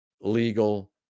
legal